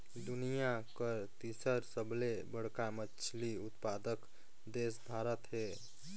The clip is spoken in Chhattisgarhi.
दुनिया कर तीसर सबले बड़खा मछली उत्पादक देश भारत हे